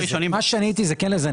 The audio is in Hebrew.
מה שאני עניתי זה כן לזה,